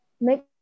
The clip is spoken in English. make